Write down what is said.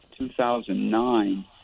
2009